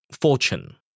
fortune